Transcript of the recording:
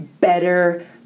better